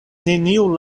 neniu